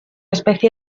especie